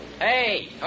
Hey